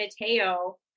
Mateo